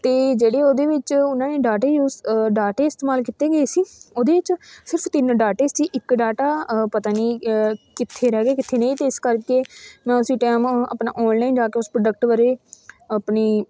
ਅਤੇ ਜਿਹੜੀ ਉਹਦੇ ਵਿੱਚ ਉਹਨਾਂ ਨੇ ਡਾਟੇ ਯੂਜ਼ ਡਾਟੇ ਇਸਤੇਮਾਲ ਕੀਤੇ ਗਏ ਸੀ ਉਹਦੇ ਵਿੱਚ ਸਿਰਫ ਤਿੰਨ ਡਾਟੇ ਸੀ ਇੱਕ ਡਾਟਾ ਪਤਾ ਨਹੀਂ ਕਿੱਥੇ ਰਹਿ ਗਏ ਕਿੱਥੇ ਨਹੀਂ ਅਤੇ ਇਸ ਕਰਕੇ ਨਾ ਅਸੀਂ ਟਾਈਮ ਆਪਣਾ ਆਨਲਾਈਨ ਜਾ ਕੇ ਉਸ ਪ੍ਰੋਡਕਟ ਬਾਰੇ ਆਪਣੀ